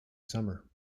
summer